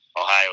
Ohio